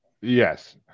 Yes